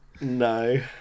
No